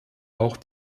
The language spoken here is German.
auch